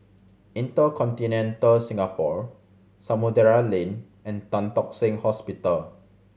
InterContinental Singapore Samudera Lane and Tan Tock Seng Hospital